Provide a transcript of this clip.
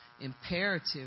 imperative